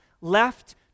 left